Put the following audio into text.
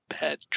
bad